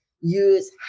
Use